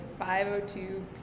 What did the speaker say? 5.02